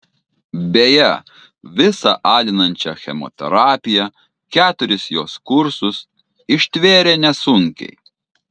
beje visą alinančią chemoterapiją keturis jos kursus ištvėrė nesunkiai